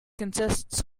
contests